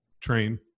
train